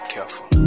Careful